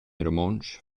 romontsch